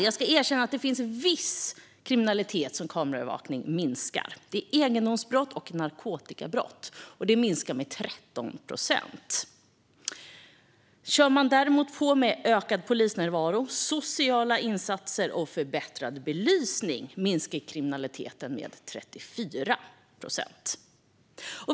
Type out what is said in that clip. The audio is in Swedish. Jag ska dock erkänna att det finns viss kriminalitet som minskar med kameraövervakning, och det är egendomsbrott och narkotikabrott. Dessa minskar med 13 procent. Kör man däremot på med ökad polisnärvaro, sociala insatser och förbättrad belysning minskar kriminaliteten med 34 procent.